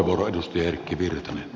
arvoisa puhemies